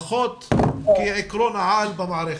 פחות כעקרון על במערכת.